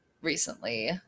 recently